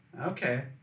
Okay